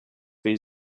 wir